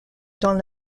dans